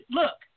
look